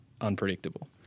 unpredictable